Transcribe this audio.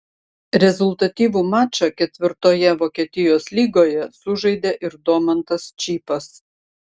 rezultatyvų mačą ketvirtoje vokietijos lygoje sužaidė ir domantas čypas